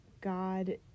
God